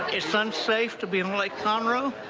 it's ah unsafe to be on lake conroe.